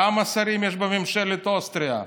כמה שרים יש בממשלת אוסטריה?